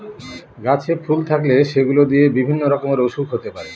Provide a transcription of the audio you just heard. গাছে ফুল থাকলে সেগুলো দিয়ে বিভিন্ন রকমের ওসুখ হতে পারে